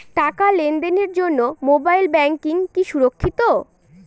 টাকা লেনদেনের জন্য মোবাইল ব্যাঙ্কিং কি সুরক্ষিত?